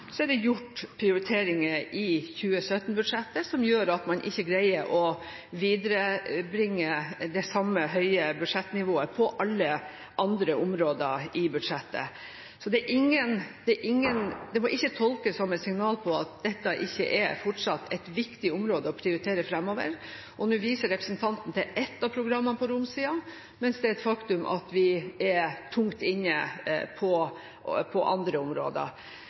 er det gjort prioriteringer i 2017-budsjettet som gjør at man ikke greier å videreføre det samme høye budsjettnivået på alle andre områder i budsjettet. Det må ikke tolkes som et signal om at dette ikke fortsatt er et viktig område å prioritere framover, og nå viser representanten til ett av programmene på romsida, mens det er et faktum at vi er tungt inne på andre områder.